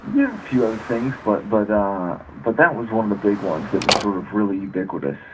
you know few ah things, but but um but that was one of the big ones that were sort of really ubiquitous.